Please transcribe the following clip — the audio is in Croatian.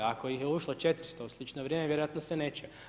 Ako ih je ušlo 400 u slično vrijeme, vjerojatno se neće.